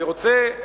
אני רוצה,